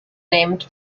named